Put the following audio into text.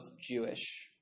Jewish